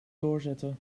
doorzetten